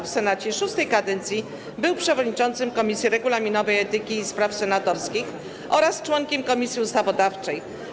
W Senacie VI kadencji był przewodniczącym Komisji Regulaminowej, Etyki i Spraw Senatorskich oraz członkiem Komisji Ustawodawczej.